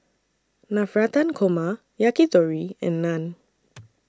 Navratan Korma Yakitori and Naan